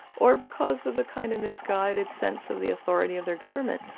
or because of a kind of misguided sense of the authority of their government.